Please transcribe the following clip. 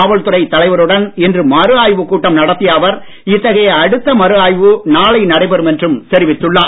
காவல்துறைத் தலைவருடன் இன்று மறுஆய்வுக் கூட்டம் நடத்திய அவர் இத்தகைய அடுத்த மறுஆய்வு நாளை நடைபெறும் என்றும் தெரிவித்துள்ளார்